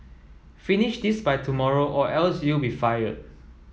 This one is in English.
finish this by tomorrow or else you'll be fired